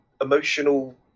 emotional